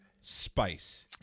spice